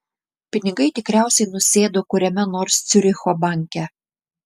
pinigai tikriausiai nusėdo kuriame nors ciuricho banke